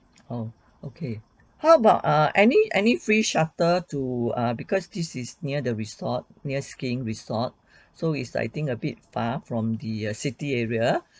oh okay how about err any any free shuttle to err because this is near the resort near skiing resort so it's I think a bit far from the err city area